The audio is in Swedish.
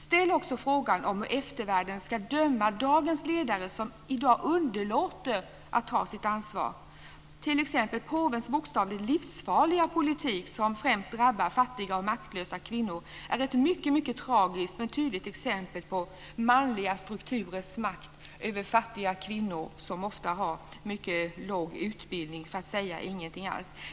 Ställ också frågan om hur eftervärlden ska döma dagens ledare som underlåter att ta sitt ansvar. T.ex. är påvens bokstavligt livsfarliga politik, som främst drabbar fattiga och maktlösa kvinnor, ett mycket tragiskt men tydligt exempel på manliga strukturers makt över fattiga kvinnor som ofta har en mycket låg utbildningsnivå, för att säga ingen alls.